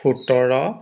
সোতৰ